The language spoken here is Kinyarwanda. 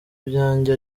ibyanjye